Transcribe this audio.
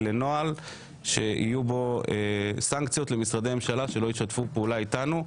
לנוהל שיהיו בו סנקציות על משרדי הממשלה שלא ישתפו פעולה איתנו,